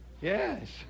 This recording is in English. Yes